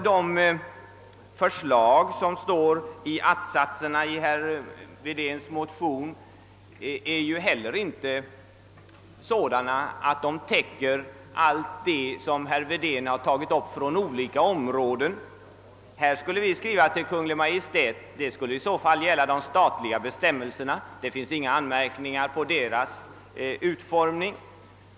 De förslag som återfinns i att-satserna i herr Wedéns motion täcker inte allt vad herr Wedén tagit upp från olika områden. Vi skulle alltså skriva till Kungl. Maj:t beträffande de statliga bestämmelserna, men det finns inga anmärkningar mot deras utformning.